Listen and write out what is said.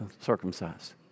circumcised